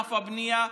ובענף הבנייה,